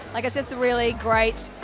i guess it's a really great,